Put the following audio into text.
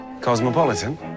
Cosmopolitan